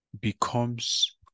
becomes